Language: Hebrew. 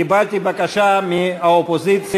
קיבלתי בקשה מהאופוזיציה,